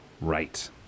Right